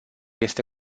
este